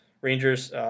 Rangers